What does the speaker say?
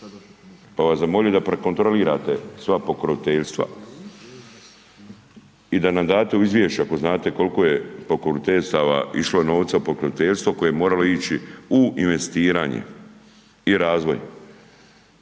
bi vas zamolio da prekontrolirate sva pokroviteljstva. I da nam date u izvješće, ako znate koliko je pokroviteljstava išlo novca u pokroviteljstvo, koje je moralo ići u investiranje i razvoj.